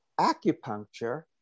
acupuncture